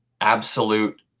absolute